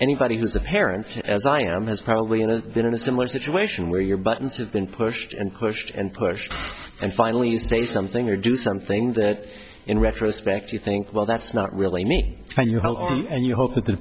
anybody who's a parent as i am has probably been in a similar situation where your buttons have been pushed and pushed and pushed and finally say something or do something that in retrospect you think well that's not really me and you hope that the